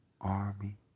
Army